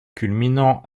culminant